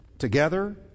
together